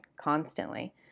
constantly